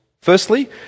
Firstly